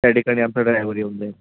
त्या ठिकाणी आपल्या ड्रायवर येऊन जाईल